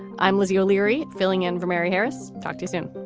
i'm lizzie o'leary, filling in for mary harris. doctors in